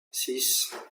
six